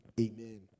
Amen